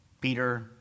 Peter